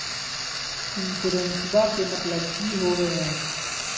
इंसोरेंसेबा के मतलब की होवे है?